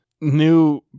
New